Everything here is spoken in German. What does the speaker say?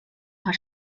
paar